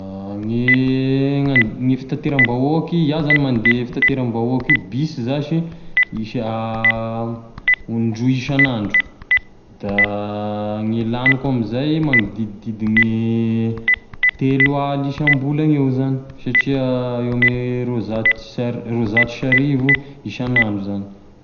Gne gn- gne fitateram-bahoaky iaho zany mande fitateram-bahoaky io bus zash misy ondroy isagnandro da gne lagniko amzay da magnodidididine telo aly isam-bolagna eo zany satria eo ame roazato sy ar- roazato sy arivo isagnandro zany.